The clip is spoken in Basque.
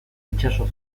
itsaso